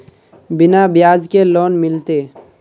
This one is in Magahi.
बिना ब्याज के लोन मिलते?